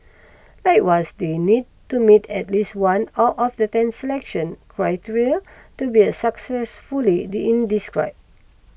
likewise they need to meet at least one out of the ten selection criteria to be inscribed